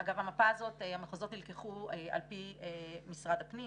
אגב, המחוזות נלקחו על פי משרד הפנים